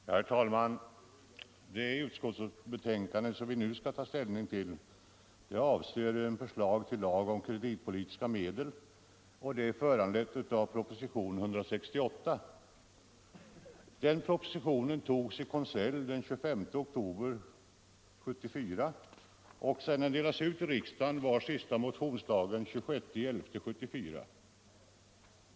Herr talman! Det utskottsbetänkande som vi nu skall ta ställning till avser förslag till lag om kreditpolitiska medel, och det är föranlett av propositionen 168. Den propositionen togs i konselj den 25 oktober 1974, och sedan den delats ut i riksdagen var sista motionsdagen den 26 november 1974.